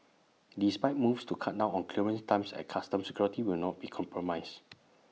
despite moves to cut down on clearance times at checkpoints security will not be compromised